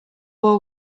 war